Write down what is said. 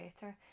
better